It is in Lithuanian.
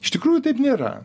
iš tikrųjų taip nėra